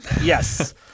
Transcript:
Yes